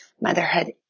motherhood